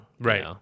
Right